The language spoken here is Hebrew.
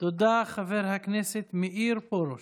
תודה, חבר הכנסת מאיר פרוש.